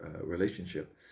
relationship